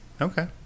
Okay